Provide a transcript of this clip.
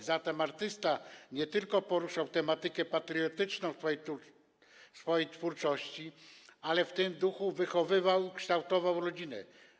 A zatem artysta nie tylko poruszał tematykę patriotyczną w swojej twórczości, ale też w tym duchu wychowywał i kształtował rodzinę.